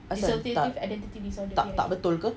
yang tak tak betul ke